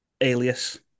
alias